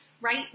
right